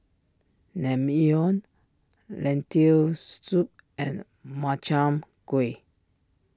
Naengmyeon Lentil Soup and Makchang Gui